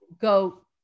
go